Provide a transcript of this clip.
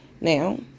Now